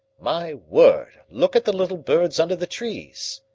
my word, look at the little birds under the trees!